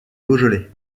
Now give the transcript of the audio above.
beaujolais